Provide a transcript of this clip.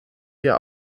wir